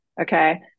Okay